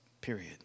period